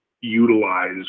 utilize